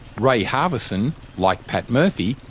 ray harvison, like pat murphy,